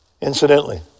Incidentally